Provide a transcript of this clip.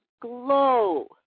glow